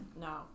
No